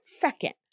second